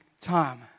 time